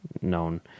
known